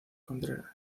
contreras